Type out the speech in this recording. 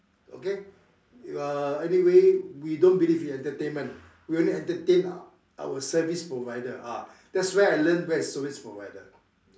okay uh anyway we don't believe in entertainment we only entertain our service provider ah that's where I learn where is service provider